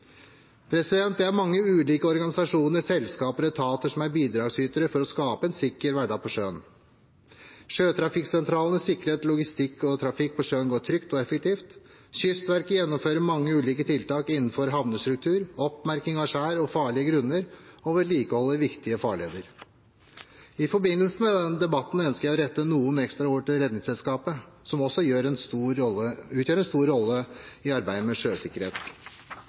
Det er mange ulike organisasjoner, selskaper og etater som er bidragsytere for å skape en sikker hverdag på sjøen. Sjøtrafikksentralene sikrer at logistikk og trafikk på sjøen går trygt og effektivt. Kystverket gjennomfører mange ulike tiltak innenfor havnestruktur, oppmerking av skjær og farlige grunner og vedlikeholder viktige farleder. I forbindelse med denne debatten ønsker jeg å rette noen ekstra ord til Redningsselskapet, som også har en stor rolle i arbeidet med sjøsikkerhet. Redningsselskapets arbeid utføres i